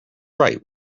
right